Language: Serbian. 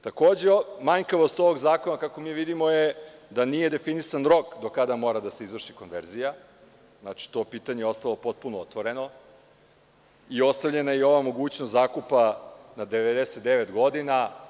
Takođe, manjkavost ovog zakona je, kako mi vidimo, da nije definisan rok do kada mora da se izvrši konverzija, znači to pitanje je ostalo potpuno otvoreno, i ostavljena je i ova mogućnost zakupa na 99 godina.